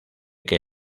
que